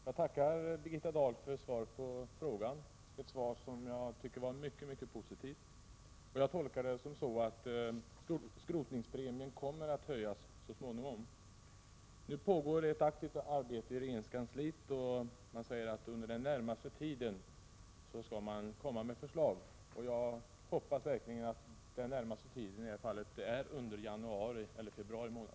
Herr talman! Jag tackar Birgitta Dahl för svaret på min fråga, ett svar som jag tycker är mycket positivt. Jag tolkar det så, att skrotningspremien kommer att höjas så småningom. Nu pågår ett aktivt arbete i regeringskansliet. Det sägs att ett förslag kommer att framläggas under den närmaste tiden. Jag hoppas verkligen att ”den närmaste tiden” innebär januari eller februari månad.